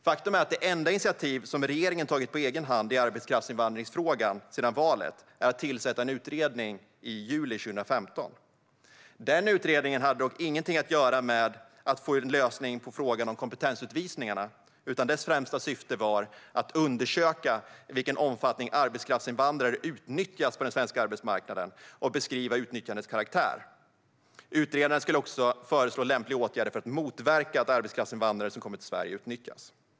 Faktum är att det enda initiativ som regeringen tagit på egen hand i arbetskraftsinvandringsfrågan sedan valet är att tillsätta en utredning i juli 2015. Den utredningen hade dock ingenting att göra med att få en lösning på frågan om kompetensutvisningarna, utan dess främsta syfte var att "undersöka i vilken omfattning arbetskraftsinvandrare utnyttjas på den svenska arbetsmarknaden och beskriva utnyttjandets karaktär". Utredaren skulle också "föreslå lämpliga åtgärder för att motverka att arbetskraftsinvandrare som kommer till Sverige utnyttjas". Fru talman!